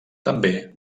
també